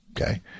okay